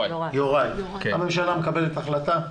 הממשלה מקבלת החלטה.